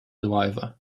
driver